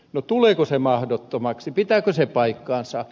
no tuleeko se mahdottomaksi pitääkö se paikkansa